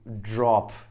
drop